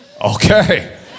Okay